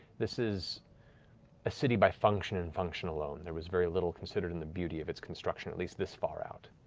this is a city by function and function alone. there was very little considered in the beauty of its construction, at least this far out.